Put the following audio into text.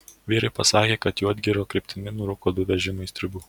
vyrai pasakė kad juodgirio kryptimi nurūko du vežimai stribų